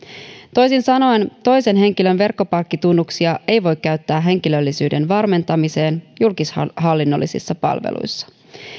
toisin sanoen toisen henkilön verkkopankkitunnuksia ei voi käyttää henkilöllisyyden varmentamiseen julkishallinnollisissa palveluissa